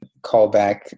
callback